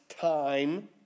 time